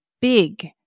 big